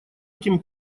этим